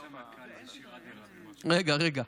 רגע,